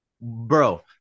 bro